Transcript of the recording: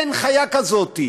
אין חיה כזאת.